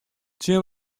tsjin